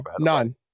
none